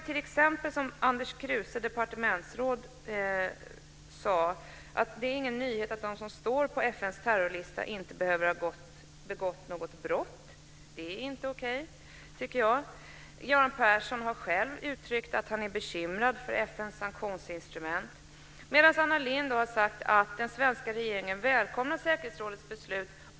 Departementsrådet Anders Kruse sade att det inte är någon nyhet att de som står på FN:s terrorlista inte behöver ha begått något brott. Det är inte okej tycker jag. Göran Persson har själv uttryckt att han är bekymrad för FN:s sanktionsinstrument. Anna Lind har sagt att den svenska regeringen välkomnar säkerhetsrådets beslut.